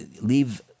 Leave